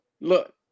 look